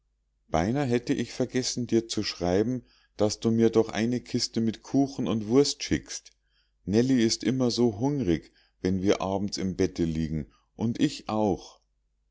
beinah hätte ich vergessen dir zu schreiben daß du mir doch eine kiste mit kuchen und wurst schickst nellie ist immer so hungrig wenn wir des abends im bette liegen und ich auch